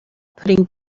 putting